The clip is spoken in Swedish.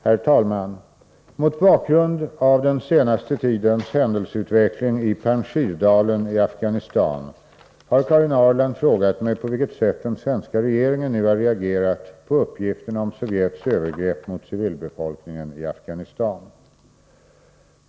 Herr talman! Mot bakgrund av den senaste tidens händelseutveckling i Panjshirdalen i Afghanistan har Karin Ahrland frågat mig på vilket sätt den svenska regeringen nu har reagerat på uppgifterna om Sovjets övergrepp mot civilbefolkningen i Afghanistan.